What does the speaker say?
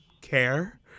care